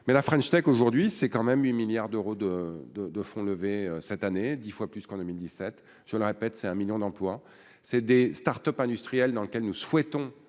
mais la French Tech, aujourd'hui c'est quand même 8 milliards d'euros de de de fonds levés, cette année, 10 fois plus qu'en 2017, je le répète, c'est un 1000000 d'emplois c'est des Start-Up industriel dans lequel nous souhaitons